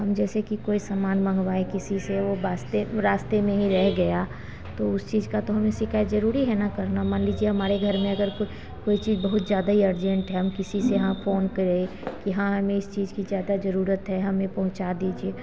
हम जैसे कि कोई सामान मँगवाएँ किसी से और रास्ते रास्ते में ही रह गया तो उस चीज़ की तो हमें शिकायत ज़रूरी है न करना मान लीजिए हमारे घर में अगर कोई चीज़ बहुत ज़्यादा ही अर्जेन्ट है हम किसी से यहाँ फ़ोन करें कि हाँ हमें इस चीज़ की ज़्यादा ज़रूरत है हमें पहुँचा दीजिए